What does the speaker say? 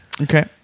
Okay